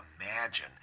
imagine